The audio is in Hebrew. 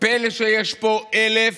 פלא שיש פה 1,000,